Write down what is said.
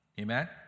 Amen